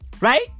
right